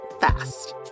fast